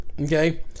Okay